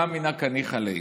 שמע מינה קא ניחא להו".